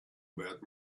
about